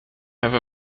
have